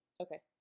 Okay